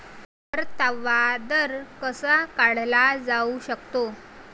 परतावा दर कसा काढला जाऊ शकतो?